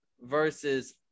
versus